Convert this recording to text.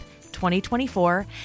2024